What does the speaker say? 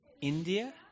India